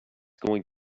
going